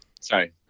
Sorry